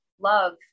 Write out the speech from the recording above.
love